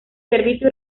servicio